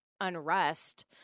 unrest